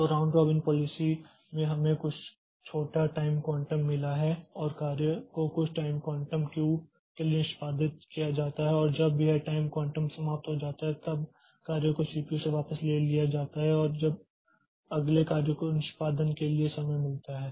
तो round robin policy में हमें कुछ छोटा टाइम क्वांटम मिला है और कार्य को कुछ टाइम क्वांटम क्यू के लिए निष्पादित किया जाता है और जब यह टाइम क्वांटम समाप्त हो जाता है तब कार्य को सीपीयू से वापस ले लिया जाता है जब अगले कार्य को निष्पादन के लिए समय मिलता है